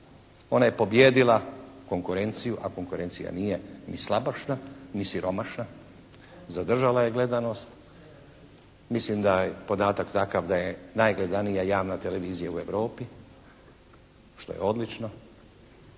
ona je pobijedila konkurenciju a konkurencija nije ni slabašna ni siromašna. Zadržala je gledanost. Mislim da je podatak takav da je najgledanija javna televizija u Europi, što je odlično